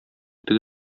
теге